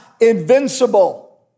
invincible